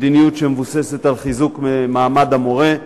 מדיניות שמבוססת על חיזוק מעמד המורה,